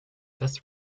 this